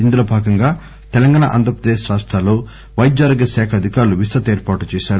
ఇందులో భాగంగా తెలంగాణ ఆంధ్రప్రదేశ్ రాష్టాల్లో పైద్యారోగ్యాశాఖ అధికారులు విస్తృత ఏర్పాట్లు చేశారు